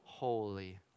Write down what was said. holy